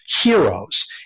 heroes